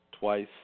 twice